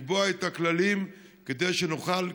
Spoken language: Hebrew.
לקבוע את הכללים כדי שנוכל,